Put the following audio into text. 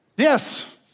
Yes